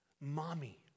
Mommy